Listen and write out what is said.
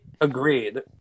agreed